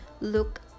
look